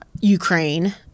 Ukraine